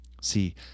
See